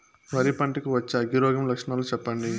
వరి పంట కు వచ్చే అగ్గి రోగం లక్షణాలు చెప్పండి?